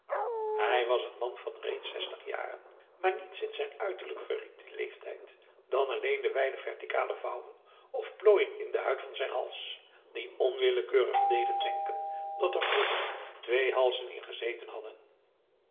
hij was een man van reeds zestig jaren maar niets in zijn uiterlijk verried dien leeftijd dan alleen de wijde vertikale vouwen of plooien in de huid van zijn hals die onwillekeurig deden denken dat er vroeger twee halzen in gezeten hadden